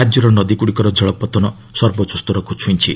ରାଜ୍ୟର ନଦୀଗୁଡ଼ିକର ଜଳ ପତନ ସର୍ବୋଚ୍ଚ ସ୍ତରକୁ ଛୁଇଁଛି